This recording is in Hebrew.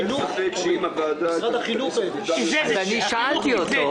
משרד החינוך --- אני שאלתי אותו.